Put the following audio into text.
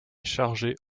chargée